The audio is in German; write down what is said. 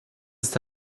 ist